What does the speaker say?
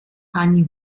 fanny